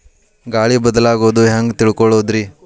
ಗಾಳಿ ಬದಲಾಗೊದು ಹ್ಯಾಂಗ್ ತಿಳ್ಕೋಳೊದ್ರೇ?